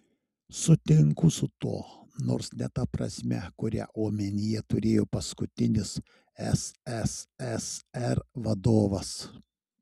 sutinku su tuo nors ne ta prasme kurią omenyje turėjo paskutinis sssr vadovas